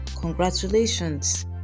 congratulations